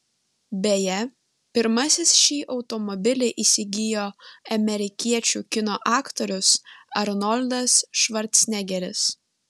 beje pirmasis šį automobilį įsigijo amerikiečių kino aktorius arnoldas švarcnegeris